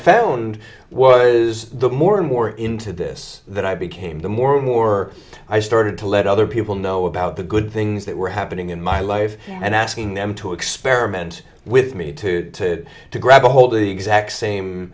found was the more and more into this that i became the more and more i started to let other people know about the good things that were happening in my life and asking them to experiment with me to to to grab ahold of the exact same